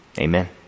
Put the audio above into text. Amen